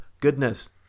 goodness